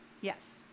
Yes